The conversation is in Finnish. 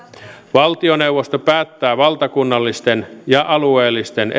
valtioneuvosto päättää valtakunnallisten ja alueellisten